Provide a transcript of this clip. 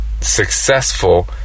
successful